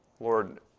Lord